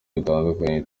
dutandukanye